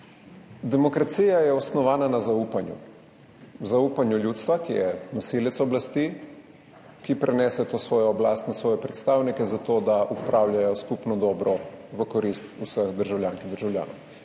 Demokracija je osnovana na zaupanju, zaupanju ljudstva, ki je nosilec oblasti, ki prenese to svojo oblast na svoje predstavnike zato, da upravljajo skupno dobro v korist vseh državljank in državljanov.